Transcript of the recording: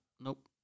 Nope